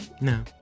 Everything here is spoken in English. No